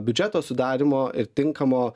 biudžeto sudarymo ir tinkamo